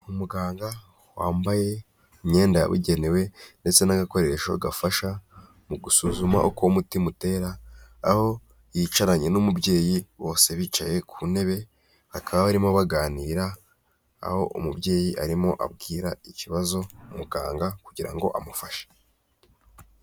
Umuganga wambaye imyenda yabugenewe ndetse n'agakoresho gafasha mu gusuzuma uko umutima utera, aho yicaranye n'umubyeyi bose bicaye ku ntebe bakaba arimo baganira aho umubyeyi arimo abwira ikibazo muganga kugira ngo amufashe.